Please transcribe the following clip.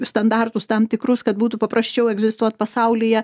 standartus tam tikrus kad būtų paprasčiau egzistuot pasaulyje